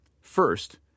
First